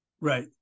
Right